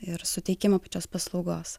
ir suteikiamą pačios paslaugos